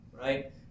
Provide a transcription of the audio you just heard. right